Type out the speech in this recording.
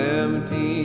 empty